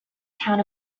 town